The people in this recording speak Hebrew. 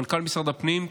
מנכ"ל משרד הפנים,